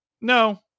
no